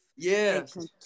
Yes